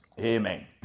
Amen